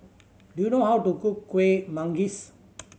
do you know how to cook Kuih Manggis